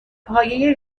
پایه